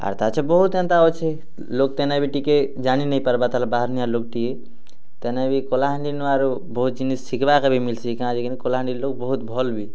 ଆର ତାଚେ ବହୁତ୍ ଏନ୍ତା ଅଛେ ଲୋକ୍ ତେନେ ବି ଟିକେ ଜାନି ନେଇଁ ପାରବା ତାଲ ବାହାରନିଆ ଲୋକ୍ ଟିକେ ତେନେ ବି କଲାହାଣ୍ଡିନୁ ଆରୁ ବହୁତ ଜିନିଷ ଶିଖବାକେ ବି ମିଲଛି କାଁ ଯେ କି ନେଇଁ କଲାହାଣ୍ଡିର ଲୋକ ବହୁତ୍ ଭଲ୍ ବି